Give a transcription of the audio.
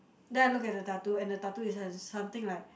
then I look at the tattoo and the tattoo is hence something like